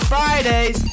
Fridays